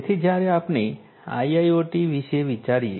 તેથી જ્યારે આપણે આઈઆઈઓટી વિશે વિચારીએ